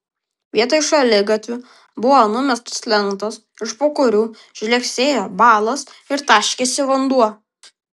vietoj šaligatvių buvo numestos lentos iš po kurių žlegsėjo balos ir taškėsi vanduo